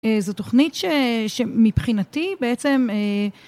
זו תוכנית שמבחינתי בעצם אה..